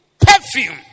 perfume